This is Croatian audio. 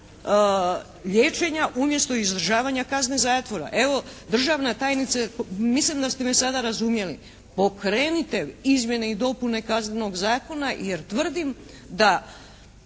liječenja umjesto izdržavanja kazne zatvora. Evo državna tajnice, mislim da ste me sada razumjeli. Pokrenite izmjene i dopune Kaznenog zakona jer tvrdim da